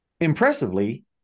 Impressively